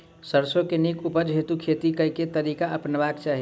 सैरसो केँ नीक उपज हेतु खेती केँ केँ तरीका अपनेबाक चाहि?